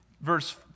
verse